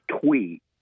tweet